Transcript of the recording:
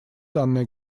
данная